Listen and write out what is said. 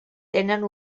tenen